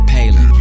Palin